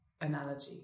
analogy